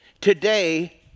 Today